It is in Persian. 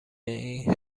این